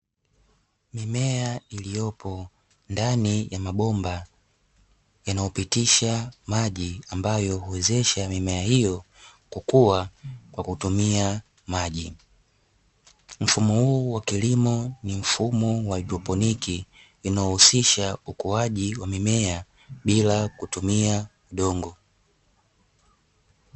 Mimea iliyopo ndani ya mabomba yanayopitisha maji ambayo huwezesha mimea hiyo kukua kwa kutumia maji. Mfumo huu wa kilimo ni mfumo wa haidroponi inaohusisha ukuaji wa mimea bila kutumia dongo.